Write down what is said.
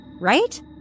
Right